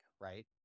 right